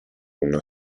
una